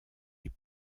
est